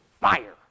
fire